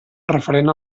referent